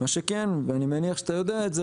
מה שכן, ואני מניח שאתה יודע את זה.